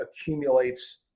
accumulates